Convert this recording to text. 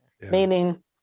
meaning